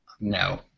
No